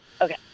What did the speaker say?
Okay